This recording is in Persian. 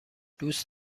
دوست